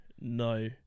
no